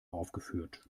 aufgeführt